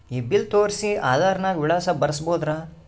ಈ ಬಿಲ್ ತೋಸ್ರಿ ಆಧಾರ ನಾಗ ವಿಳಾಸ ಬರಸಬೋದರ?